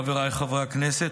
חבריי חברי הכנסת,